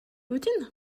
boutin